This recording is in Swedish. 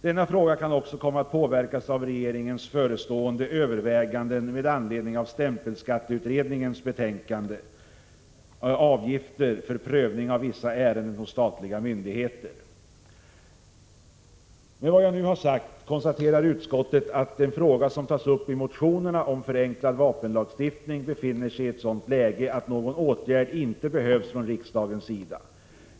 Denna fråga kan också komma att påverkas av regeringens förestående överväganden med anledning av stämpelskatteutredningens betänkande Avgifter för prövning av vissa ärenden hos statliga myndigheter. Med vad jag nu har återgivit konstaterar utskottet att den fråga som tas upp i motionerna om förenklad vapenlagstiftning befinner sig i ett sådant läge att någon åtgärd inte behövs från riksdagens sida.